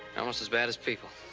almost as bad as people.